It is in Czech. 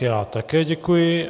Já také děkuji.